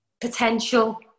potential